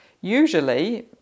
usually